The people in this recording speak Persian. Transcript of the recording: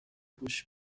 گوش